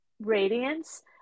radiance